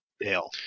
Dale